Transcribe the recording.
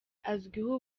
azwiho